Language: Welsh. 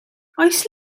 oes